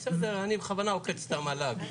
בסדר, אני בכוונה עוקץ את המל"ג.